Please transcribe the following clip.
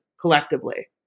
collectively